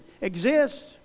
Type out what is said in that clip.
exist